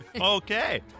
Okay